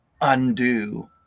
undo